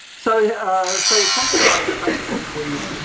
so so, something like facebook we've